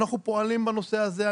אנחנו פועלים בנושא הזה.